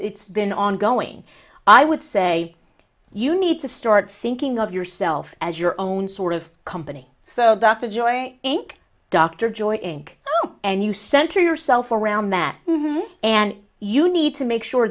it's been ongoing i would say you need to start thinking of yourself as your own sort of company so that's a joy inc dr joy thank you and you center yourself around that and you need to make sure